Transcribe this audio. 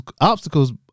obstacles